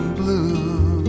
blue